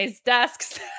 desks